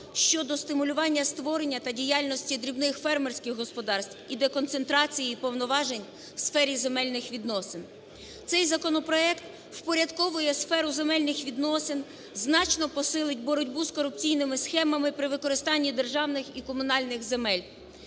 щодо стимулювання створення та діяльності дрібних фермерських господарств і деконцентрації повноважень у сфері земельних відносин. Цей законопроект впорядковує сферу земельних відносин, значно посилить боротьбу з корупційними схемами при використанні державних і комунальних земель,